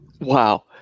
Wow